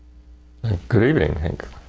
good evening, cenk.